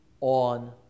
on